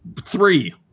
Three